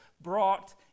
brought